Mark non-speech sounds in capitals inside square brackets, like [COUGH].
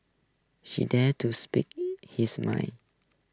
she dared to speak [NOISE] his mind